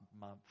month